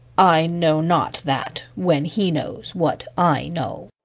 i know not that, when he knows what i know.